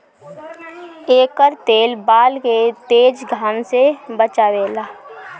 एकर तेल बाल के तेज घाम से बचावेला